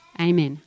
Amen